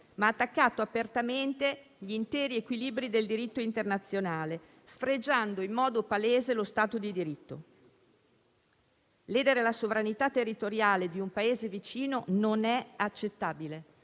ma anche - apertamente - gli interi equilibri del diritto internazionale, sfregiando in modo palese lo Stato di diritto. Ledere la sovranità territoriale di un Paese vicino non è accettabile,